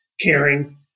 caring